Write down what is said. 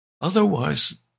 Otherwise